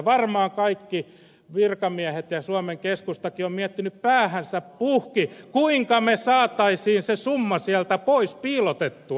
varmaan kaikki virkamiehet ja suomen keskustakin ovat miettineet päänsä puhki kuinka me saisimme sen summan sieltä pois piilotettua